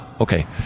okay